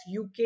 UK